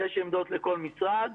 יש עמדות לכל משרד.